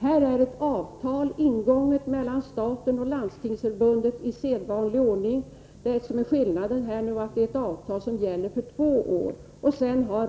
Det här är ett avtal ingånget i sedvanlig ordning mellan staten och Landstingsförbundet. Skillnaden är att det här avtalet gäller för två år.